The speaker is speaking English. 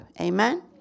Amen